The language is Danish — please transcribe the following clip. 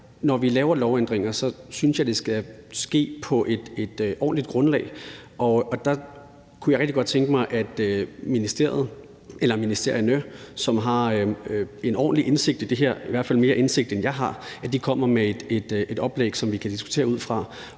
når vi laver lovændringer, synes jeg, det skal ske på et ordentligt grundlag, og der kunne jeg rigtig godt tænke mig, at ministeriet eller ministerierne, som har en ordentlig indsigt i det her, i hvert fald mere indsigt, end jeg har, kommer med et oplæg, som vi kan diskutere ud fra,